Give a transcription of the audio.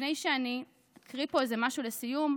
לפני שאני אקריא פה משהו לסיום,